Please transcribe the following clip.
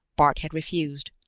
bart had refused.